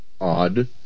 odd